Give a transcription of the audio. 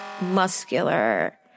muscular